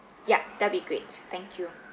yup that'll be great thank you